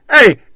hey